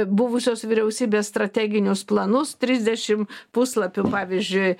buvusios vyriausybės strateginius planus trisdešim puslapių pavyzdžiui